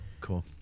Cool